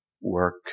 work